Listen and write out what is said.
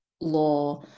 law